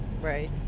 right